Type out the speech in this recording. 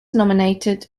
nominated